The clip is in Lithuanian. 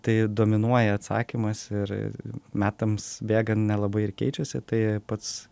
tai dominuoja atsakymas ir metams bėgant nelabai ir keičiasi tai pats